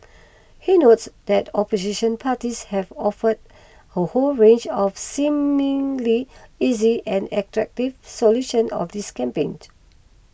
he notes that opposition parties have offered a whole range of seemingly easy and attractive solutions of this campaign